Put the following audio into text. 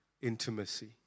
Intimacy